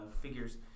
figures